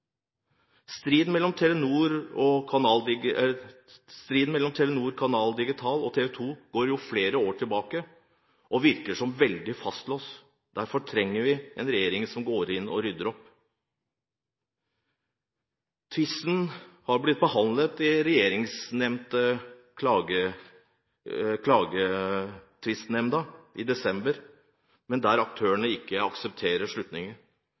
Striden mellom Telenor, Canal Digital og TV 2 går flere år tilbake og virker veldig fastlåst. Derfor trenger vi en regjering som går inn og rydder opp. Tvisten ble i desember behandlet i